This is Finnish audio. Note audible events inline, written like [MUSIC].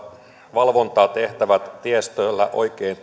valvontatehtävät tiestöllä oikein [UNINTELLIGIBLE]